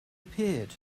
appeared